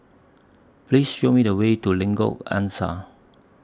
Please Show Me The Way to Lengkok Angsa